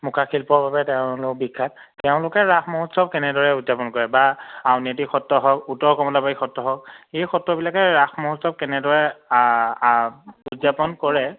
মুখা শিল্পৰ বাবে তেওঁলোক বিখ্যাত তেওঁলোকে ৰাস মহোৎসৱ কেনেদৰে উদযাপন কৰে বা আউনীআটী সত্ৰ হওক উত্তৰ কমলাবাৰী সত্ৰ হওক এই সত্ৰবিলাকে ৰাস মহোৎসৱ কেনেদৰে উদযাপন কৰে